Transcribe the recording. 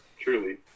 Truly